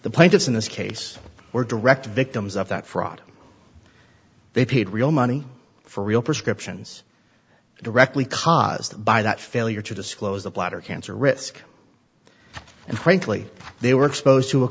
the plaintiffs in this case were direct victims of that fraud they paid real money for real prescriptions directly caused by that failure to disclose the bladder cancer risk and frankly they were exposed to a